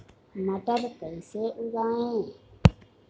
मटर कैसे उगाएं?